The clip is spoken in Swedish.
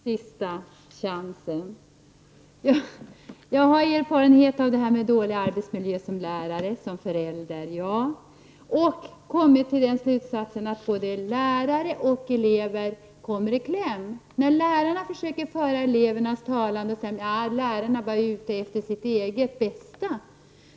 Herr talman! Sista chansen. Jag har erfarenhet av dåliga arbetsmiljöer som lärare och som förälder. Jag har kommit fram till den slutsatsen att både elever och lärare kommer i kläm. När lärare försöker föra elevernas talan säger man: Lärarna är bara ute efter sitt eget bästa.